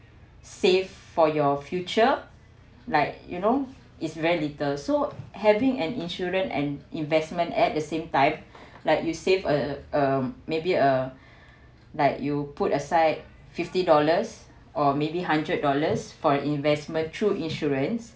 save for your future like you know it's very lethal so having an insurance and investment at the same time like you save uh um maybe uh like you put aside fifty dollars or maybe hundred dollars for investment through insurance